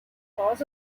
cause